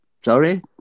Sorry